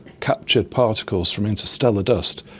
captured particles from interstellar dust,